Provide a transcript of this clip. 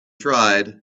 tried